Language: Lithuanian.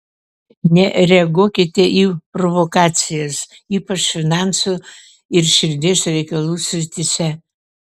nereaguokite į provokacijas ypač finansų ir širdies reikalų srityse